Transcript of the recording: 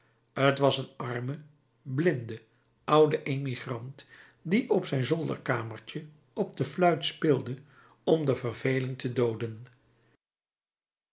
t was een arme blinde oude emigrant die op zijn zolderkamertje op de fluit speelde om de verveling te dooden